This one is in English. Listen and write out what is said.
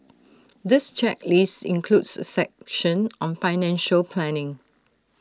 this checklist includes A section on financial planning